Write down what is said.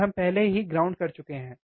और हम पहले ही ग्राउंड कर चुके हैं